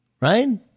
right